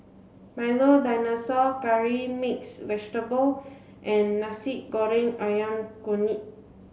milo dinosaur curry mixed vegetable and Nasi Goreng Ayam Kunyit